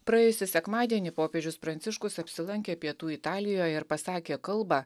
praėjusį sekmadienį popiežius pranciškus apsilankė pietų italijoje ir pasakė kalbą